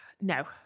No